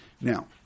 Now